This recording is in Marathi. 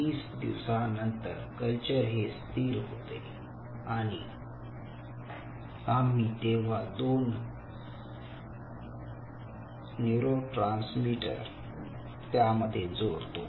30 दिवसानंतर कल्चर हे स्थिर होते आणि आम्ही तेव्हा दोन न्यूरोट्रान्समीटर त्यामध्ये जोडतो